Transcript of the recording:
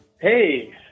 Hey